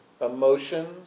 emotions